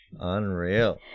unreal